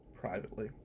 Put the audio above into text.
Privately